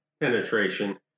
penetration